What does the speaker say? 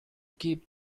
keep